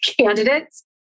candidates